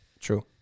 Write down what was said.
True